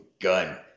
gun